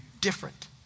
different